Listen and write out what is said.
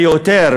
ליותר,